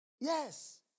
Yes